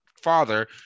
father